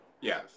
Yes